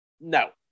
No